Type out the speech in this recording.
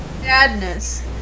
Sadness